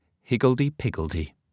Higgledy-piggledy